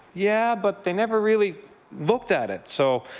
yeah, but they never really looked at it. so